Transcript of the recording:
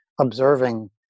observing